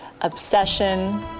obsession